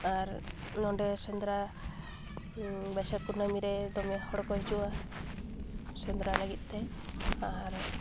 ᱟᱨ ᱱᱚᱰᱮ ᱥᱮᱸᱫᱽᱨᱟ ᱵᱟᱹᱭᱥᱟᱹᱠ ᱠᱩᱱᱟᱹᱢᱤ ᱨᱮ ᱫᱚᱢᱮ ᱦᱚᱲ ᱠᱚ ᱦᱤᱡᱩᱜᱼᱟ ᱥᱮᱸᱫᱽᱨᱟ ᱞᱟᱹᱜᱤᱫ ᱛᱮ ᱟᱨ